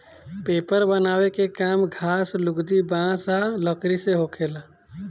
paper बनावे के काम घास, लुगदी, बांस आ लकड़ी से होखेला